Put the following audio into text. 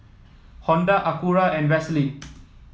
Honda Acura and Vaseline